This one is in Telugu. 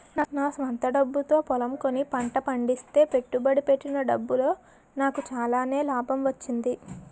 నా స్వంత డబ్బుతో పొలం కొని పంట పండిస్తే పెట్టుబడి పెట్టిన డబ్బులో నాకు చాలానే లాభం వచ్చింది